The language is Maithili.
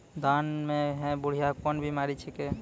धान म है बुढ़िया कोन बिमारी छेकै?